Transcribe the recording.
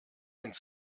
ins